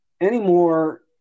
Anymore